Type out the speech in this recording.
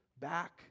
back